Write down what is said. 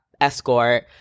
escort